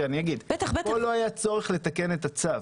פה לא היה צורך לתקן את הצו.